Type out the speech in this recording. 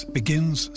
begins